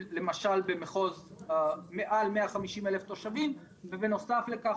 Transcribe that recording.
למשל במחוז מעל 150,000 תושבים ובנוסף לכך